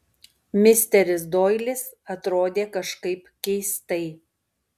misteris doilis atrodė kažkaip keistai